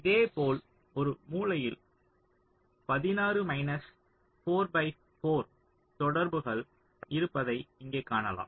இதேபோல் ஒரு மூலையில் 16 4 பை 4 தொடர்புகள் இருப்பதை இங்கே காணலாம்